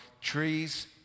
trees